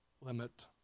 limit